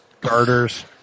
Garters